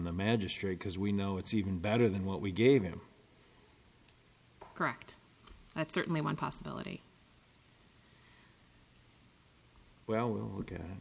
the magistrate because we know it's even better than what we gave him correct that's certainly one possibility well